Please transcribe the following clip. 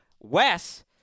Wes